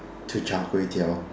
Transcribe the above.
to Char-Kway-Teow